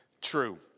true